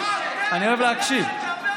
אני נותן להם לצעוק קצת,